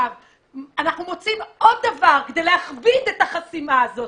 אנחנו מוצאים עוד דבר כדי להכביד את החסימה הזאת,